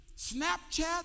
Snapchat